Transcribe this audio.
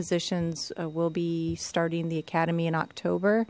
positions will be starting the academy in october